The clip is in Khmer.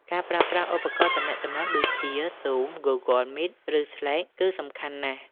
ការប្រើប្រាស់ឧបករណ៍ទំនាក់ទំនងដូចជា Zoom, Google Meet ឬ Slack គឺសំខាន់ណាស់។